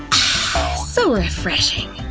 so refreshing.